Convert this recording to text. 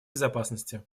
безопасности